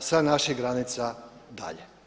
sa naših granica dalje.